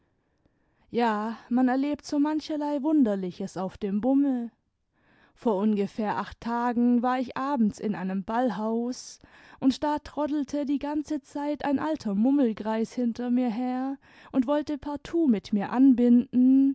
ja man erlebt so mancherlei wunderliches auf dem bummel vor ungefähr acht tagen war ich abends in einem ballhaus und da troddelte die ganze zeit ein alter mummelgreis hinter mir her und wollte partout mit mir anbinden